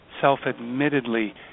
self-admittedly